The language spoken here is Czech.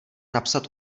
napsat